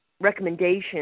recommendation